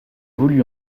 voulu